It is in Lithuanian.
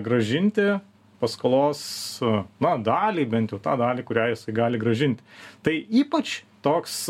grąžinti paskolos na dalį bent jau tą dalį kurią jis gali grąžinti tai ypač toks